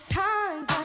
times